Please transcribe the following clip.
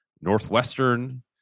Northwestern